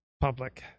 public